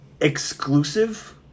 exclusive